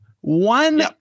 one